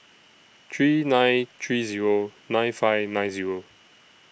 three nine three Zero nine five nine Zero